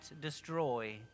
destroy